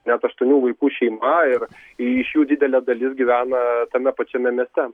net aštuonių vaikų šeima ir iš jų didelė dalis gyvena tame pačiame mieste